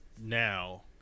now